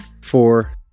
four